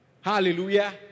Hallelujah